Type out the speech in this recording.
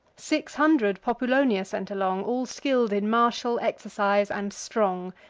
six hundred populonia sent along, all skill'd in martial exercise, and strong.